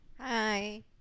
hi